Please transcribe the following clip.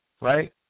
right